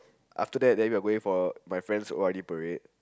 after that then we're going for my friends o_r_d parade